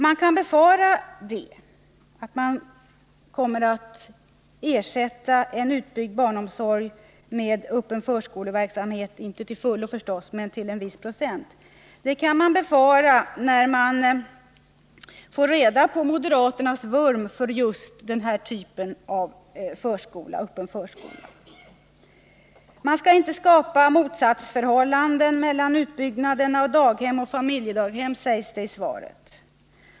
Man kan befara att en utbyggd barnomsorg till en viss procent kommer att ersättas av verksamhet med öppen förskola om moderaternas vurm för just öppen förskola får slå igenom. Man skall inte skapa ett motsatsförhållande mellan utbyggnaden av daghem och familjedaghem, sägs det i svaret.